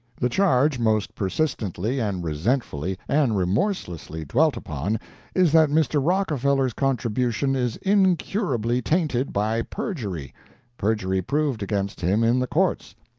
the charge most persistently and resentfully and remorselessly dwelt upon is that mr. rockefeller's contribution is incurably tainted by perjury perjury proved against him in the courts.